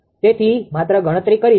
તેથી માત્ર ગણતરી જુઓ